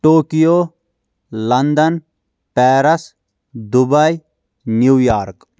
Tokyo London Paris Dubai New York